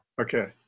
Okay